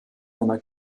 einer